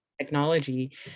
technology